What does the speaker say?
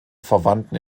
verwandten